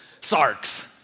Sarks